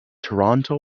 toronto